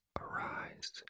Arise